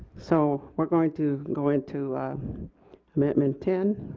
so we are going to go into amendment ten.